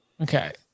Okay